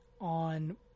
on